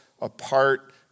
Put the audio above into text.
apart